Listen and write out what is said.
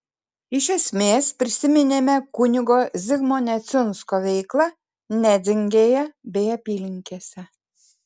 iš esmės prisiminėme kunigo zigmo neciunsko veiklą nedzingėje bei apylinkėse